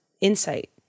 insight